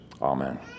Amen